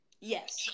Yes